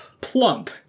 plump